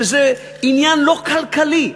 שזה עניין לא כלכלי.